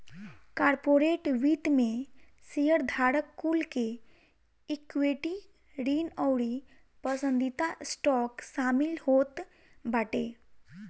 corporate वित्त में शेयरधारक कुल के इक्विटी, ऋण अउरी पसंदीदा स्टॉक शामिल होत बाटे